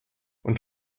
und